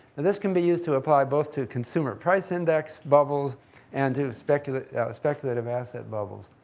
and this can be used to apply both to consumer price index bubbles and to speculative speculative asset bubbles.